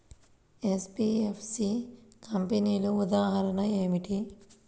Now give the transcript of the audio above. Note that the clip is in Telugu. ఎన్.బీ.ఎఫ్.సి కంపెనీల ఉదాహరణ ఏమిటి?